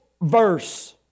verse